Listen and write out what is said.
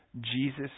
Jesus